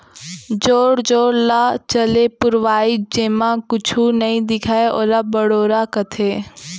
जोर जोर ल चले पुरवाई जेमा कुछु नइ दिखय ओला बड़ोरा कथें